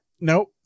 Nope